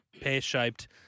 pear-shaped